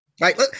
Right